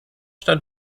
stand